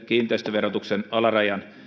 kiinteistöverotuksen alarajan